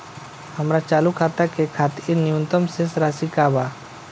हमार चालू खाता के खातिर न्यूनतम शेष राशि का बा?